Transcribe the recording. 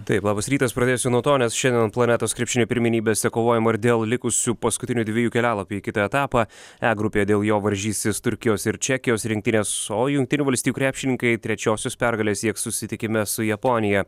taip labas rytas pradėsiu nuo to nes šiandien planetos krepšinio pirmenybėse kovojama ir dėl likusių paskutinių dviejų kelialapių į kitą etapą e grupėje dėl jo varžysis turkijos ir čekijos rinktinės o jungtinių valstijų krepšininkai trečiosios pergalės sieks susitikime su japonija